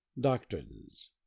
Doctrines